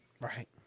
Right